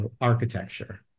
Architecture